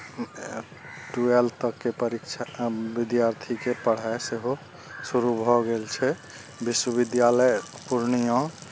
twelfth तकके परीक्षा विद्यार्थीके पढ़ाइ सेहो शुरू भए गेल छै विश्वविद्यालय पूर्णिया